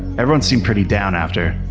everyone seemed pretty down after.